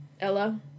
Ella